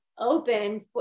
Open